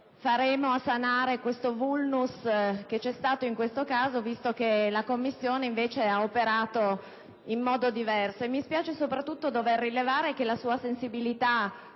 faremo a sanare il *vulnus* che c'è stato in questo caso, visto che la Commissione ha operato in modo diverso. Mi dispiace soprattutto dover rilevare che la sua sensibilità,